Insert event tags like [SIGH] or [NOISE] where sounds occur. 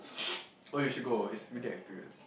[NOISE] oh you should go is really experience